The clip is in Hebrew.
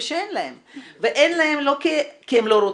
שאין להם ואין להם לא כי הם לא רוצים,